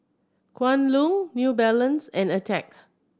Kwan Loong New Balance and Attack